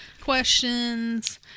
questions